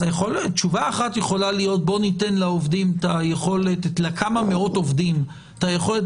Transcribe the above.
אז תשובה אחת יכולה להיות: בוא ניתן לכמה מאות עובדים את היכולת